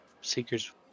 Seekers